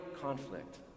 conflict